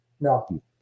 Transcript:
No